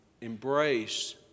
embrace